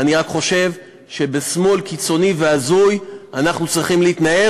אני רק חושב שמשמאל קיצוני והזוי אנחנו צריכים להתנער